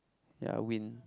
ya wind